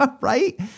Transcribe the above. Right